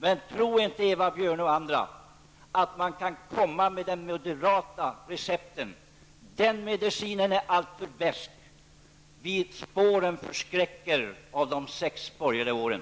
Men tro inte, Eva Björne och andra, att man kan komma med de moderata recepten. Den medicinen är alltför besk. Spåren förskräcker efter de sex borgerliga åren.